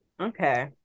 okay